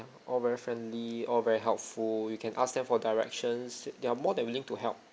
ya all very friendly all very helpful you can ask them for directions they are more than willing to help